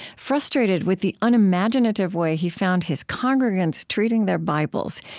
frustrated with the unimaginative way he found his congregants treating their bibles,